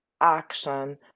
action